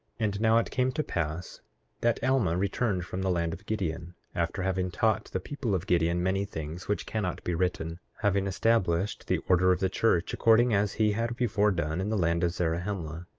and now it came to pass that alma returned from the land of gideon, after having taught the people of gideon many things which cannot be written, having established the order of the church, according as he had before done in the land of zarahemla,